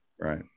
right